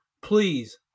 please